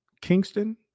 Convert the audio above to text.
Kingston